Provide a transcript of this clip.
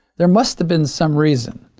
there must've been some reason.